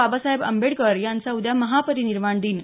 बाबासाहेब आंबेडकर यांचा उद्या महापरिनिर्वाण दिन